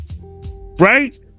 right